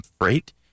freight